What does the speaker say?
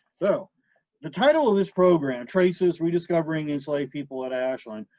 so the title of this program, traces rediscovering enslaved people at ashland,